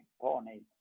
ponies